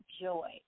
joy